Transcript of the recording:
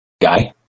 guy